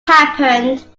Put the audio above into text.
happened